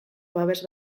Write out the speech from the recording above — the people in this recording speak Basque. babes